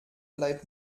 bleibt